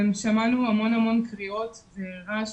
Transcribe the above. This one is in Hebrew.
שמענו המון קריאות ורעש